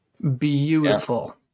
beautiful